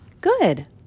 Good